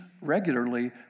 regularly